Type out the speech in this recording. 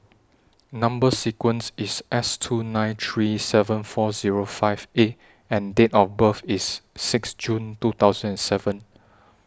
Number sequence IS S two nine three seven four Zero five A and Date of birth IS six June two thousand and seven